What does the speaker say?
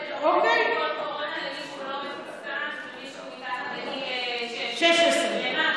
בדיקות קורונה למי שהוא לא מחוסן ומי שהוא מתחת לגיל 16. למה?